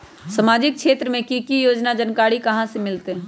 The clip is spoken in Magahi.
सामाजिक क्षेत्र मे कि की योजना है जानकारी कहाँ से मिलतै?